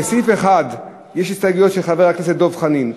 לסעיף 1 יש הסתייגויות של חברי הכנסת דב חנין,